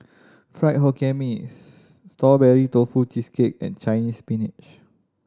Fried Hokkien Mee Strawberry Tofu Cheesecake and Chinese Spinach